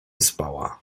spała